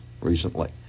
recently